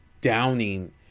downing